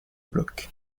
bloc